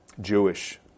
Jewish